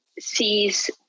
sees